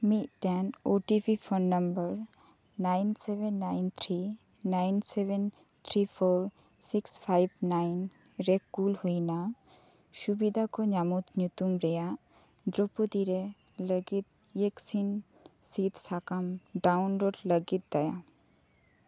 ᱢᱤᱜᱴᱮᱱ O T P phone number nine seven nine three nine seven three four six five nine ᱨᱮ ᱠᱩᱞ ᱦᱩᱭᱱᱟ ᱥᱩᱵᱤᱫᱟ ᱠᱚ ᱧᱟᱢᱚᱫᱽ ᱧᱩᱛᱩᱢ ᱨᱮᱭᱟᱜ ᱫᱽᱨᱚᱣᱯᱚᱫᱤ ᱨᱮ ᱞᱟᱜᱤᱫ ᱤᱭᱮᱠᱥᱤᱱ ᱥᱤᱫᱽ ᱥᱟᱠᱟᱢ ᱰᱟᱣᱩᱱᱞᱳᱰ ᱞᱟᱜᱤᱫ ᱫᱟᱭᱟ